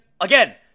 again